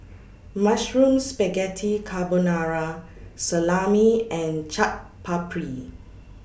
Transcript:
Mushroom Spaghetti Carbonara Salami and Chaat Papri